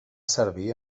servir